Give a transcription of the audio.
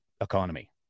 economy